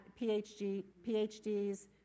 PhDs